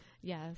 Yes